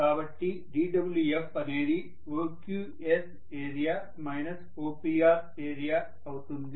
కాబట్టి dWf అనేది OQS area minus OPR area అవుతుంది